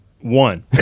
one